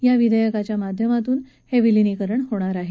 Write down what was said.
या विधेयका च्या माध्यमातनं हे विलीनीकरण होणार आहे